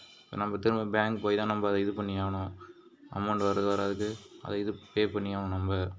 நம்ம திரும்ப பேங்க் போய்தான் நம்ம இது பண்ணி ஆகணும் அமௌண்ட் வரது வராது அது இது பே பண்ணியே ஆகணும் நம்ம